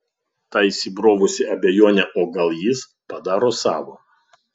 ta įsibrovusi abejonė o gal jis padaro savo